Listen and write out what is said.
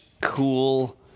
cool